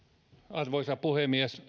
arvoisa puhemies